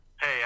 Hey